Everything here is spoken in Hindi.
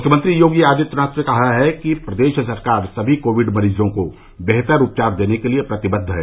मुख्यमंत्री योगी आदित्यनाथ ने कहा है कि प्रदेश सरकार सभी कोविड मरीजों को बेहतर उपचार देने के लिये प्रतिबद्ध है